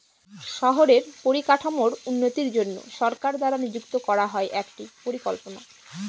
শহরের পরিকাঠামোর উন্নতির জন্য সরকার দ্বারা নিযুক্ত করা হয় একটি পরিকল্পনা